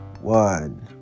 one